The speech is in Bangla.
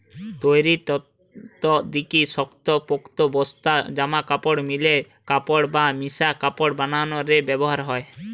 তৈরির তন্তু দিকি শক্তপোক্ত বস্তা, জামাকাপড়, মিলের কাপড় বা মিশা কাপড় বানানা রে ব্যবহার হয়